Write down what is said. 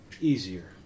easier